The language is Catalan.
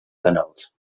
canals